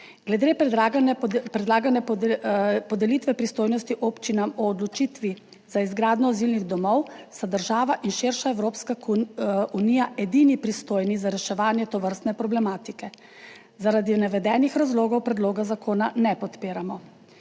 Glede predlagane podelitve pristojnosti občinam o odločitvi za izgradnjo azilnih domov sta država in širša Evropska unija edini pristojni za reševanje tovrstne problematike. Zaradi navedenih razlogov predloga zakona ne podpiramo.